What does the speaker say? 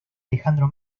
alejandro